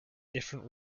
different